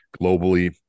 globally